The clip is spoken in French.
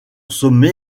sommet